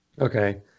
Okay